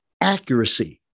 accuracy